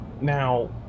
Now